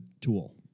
tool